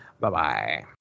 bye-bye